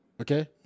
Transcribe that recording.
Okay